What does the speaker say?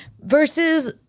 versus